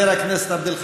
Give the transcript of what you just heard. הבנתי.